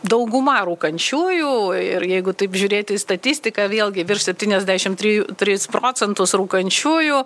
dauguma rūkančiųjų ir ir jeigu taip žiūrėti statistiką vėlgi virš septyniasdešim trijų tris procentus rūkančiųjų